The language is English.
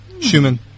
Schumann